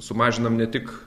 sumažinam ne tik